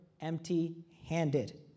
empty-handed